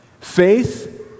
faith